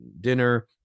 dinner